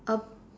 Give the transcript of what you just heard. a